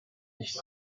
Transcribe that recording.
nicht